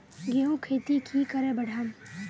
गेंहू खेती की करे बढ़ाम?